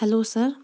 hello sir